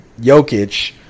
Jokic